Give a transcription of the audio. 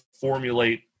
formulate